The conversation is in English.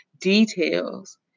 details